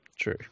true